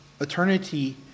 eternity